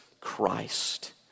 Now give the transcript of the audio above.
Christ